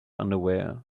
underwear